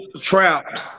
trapped